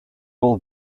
will